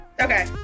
Okay